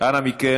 אמר את זה,